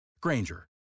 Granger